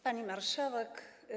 Pani Marszałek!